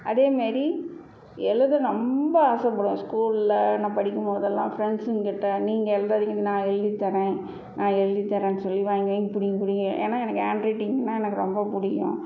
அதேமாரி எழுத ரொம்ப ஆசைப்படுவேன் ஸ்கூலில் நான் படிக்கும்போதெல்லாம் ஃப்ரெண்ட்ஸுங்கக்கிட்டே நீங்கள் எழுதாதிங்கடி நான் எழுதித்தர்றேன் நான் எழுதித்தர்றேன்னு சொல்லி வாங்கி வாங்கி பிடுங்கி பிடுங்கி ஏன்னா எனக்கு ஹேண்ட் ரைட்டிங்னா எனக்கு ரொம்ப பிடிக்கும்